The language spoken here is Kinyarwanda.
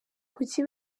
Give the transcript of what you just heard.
kuki